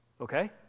Okay